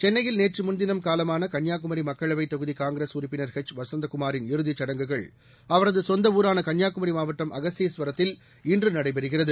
சென்னையில் நேற்று முன்தினம் காலமான கன்னியாகுமரி மக்களவை தொகுதி காங்கிரஸ் உறுப்பினர் எச் வசந்தகுமாரின் இறுதிச்சடங்குகள் அவரது சொந்த ஊரான கன்னியாகுமரி மாவட்டம் அகஸ்தீஸ்வரத்தில் இன்று நடைபெறுகிறது